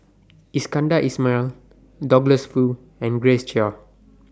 Iskandar Ismail Douglas Foo and Grace Chia